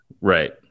Right